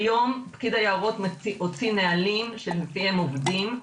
כיום, פקיד היערות הוציא נהלים שלפיהם עובדים,